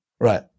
Right